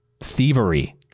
thievery